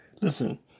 listen